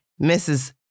Mrs